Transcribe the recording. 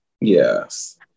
Yes